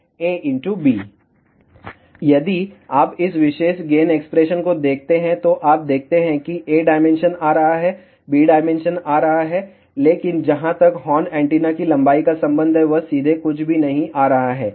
A B यदि आप इस विशेष गेन एक्सप्रेशन को देखते हैं तो आप देखते हैं कि A डायमेंशन आ रहा है B डायमेंशन आ रहा है लेकिन जहां तक हॉर्न एंटीना की लंबाई का संबंध है वहां सीधे कुछ भी नहीं आ रहा है